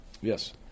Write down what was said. Yes